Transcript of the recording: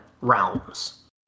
realms